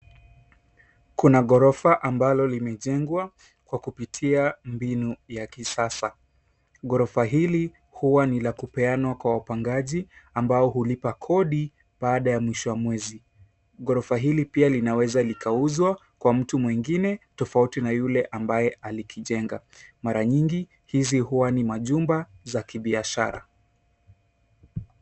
Kuna ghorofa ambalo limejengwa kwa kupitia mbinu ya kisasa. Ghorofa hili huwa ni la kupeanwa kwa wapangaji ambao hulipa kodi baada ya mwisho wa mwezi. Ghorofa hili pia linaweza likauzwa kwa mtu mwingine tofauti na yule ambaye alikijenga. Mara nyingi hizi huwa ni majumba za kibiashara.